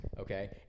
Okay